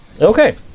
Okay